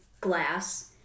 glass